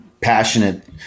passionate